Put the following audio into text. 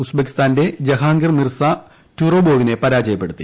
ഉസ്ബെക്കിസ്ഥാന്റെ Jahangir Mirza ടുറോബോവിനെ പരാജയപ്പെടുത്തി